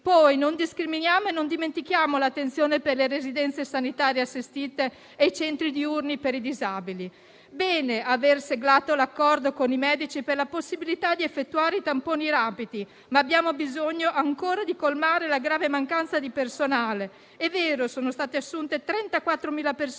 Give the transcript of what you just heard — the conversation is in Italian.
non discriminiamo e non dimentichiamo l'attenzione per le residenze sanitarie assistite e i centri diurni per i disabili. Va bene aver siglato l'accordo con i medici per la possibilità di effettuare i tamponi rapidi, ma abbiamo bisogno ancora di colmare la grave mancanza di personale. È vero, sono state assunte 34.000 persone,